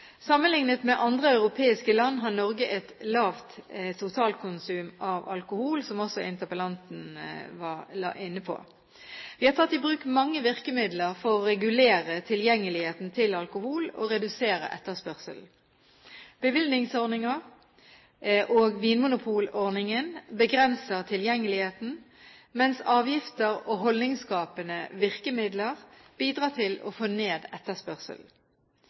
Sammenlignet med andre europeiske land har Norge et lavt totalkonsum av alkohol, som også interpellanten var inne på. Vi har tatt i bruk mange virkemidler for å regulere tilgjengeligheten til alkohol og redusere etterspørselen. Bevilgningsordninger og vinmonopolordningen begrenser tilgjengeligheten, mens avgifter og holdningsskapende virkemidler bidrar til å få ned